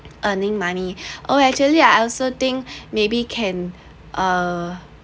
earning money oh actually I also think maybe can uh